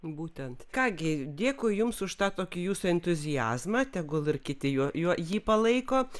būtent ką gi dėkui jums už tą tokį jūsų entuziazmą tegul ir kiti jo jo jį palaikote